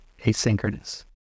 asynchronous